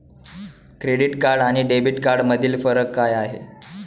Credit card आणि debit कार्डमधील फरक काय आहे?